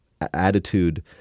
attitude